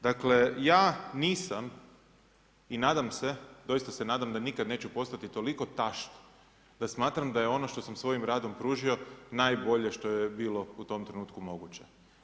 Dakle ja nisam i nadam se, doista se nadam da nikad neću postati toliko tašt da smatram daje ono što sam svojim radom pružio, najbolje što je bilo u tom trenutku moguće.